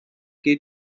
gei